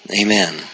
Amen